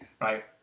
Right